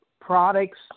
products